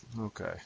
Okay